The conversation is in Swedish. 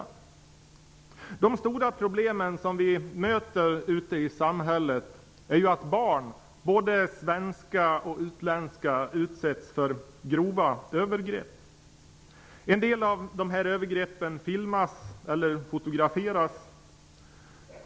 Ett stort problem som vi möter ute i samhället är ju att barn, både svenska och utländska, utsätts för grova övergrepp. En del av dessa övergrepp filmas eller fotograferas.